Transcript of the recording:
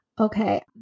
Okay